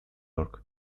york